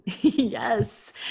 Yes